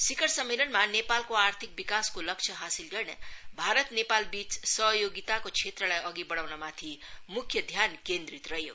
शिखर सम्मेलनमा नेपालको आर्थिक विकासको लक्ष्य हासिल गर्न भारत नेपाल बीच सहयोगिताको क्षेत्रलाई अधि बढ़ाउनमाथि मुख्य ध्यान केन्द्रित रहयो